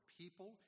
people